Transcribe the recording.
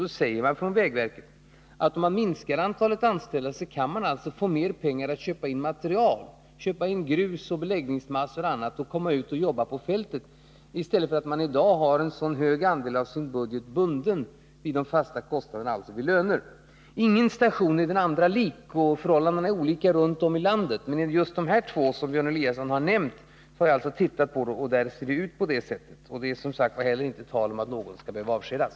Då säger man från vägverket, att om man minskar antalet anställda kan man få mer pengar att köpa in material — grus, beläggningsmassor och annat — och komma ut och jobba på fältet. I dag har man en hög andel av sin budget bunden vid de fasta kostnaderna, alltså vid löner. Ingen station är den andra lik. Förhållandena är olika runt om i landet. Men just de här orterna som Björn Eliasson har nämnt har jag alltså tittat på, och där ser det ut så som jag nu har beskrivit. Och det är som sagt inte tal om att någon skall behöva avskedas.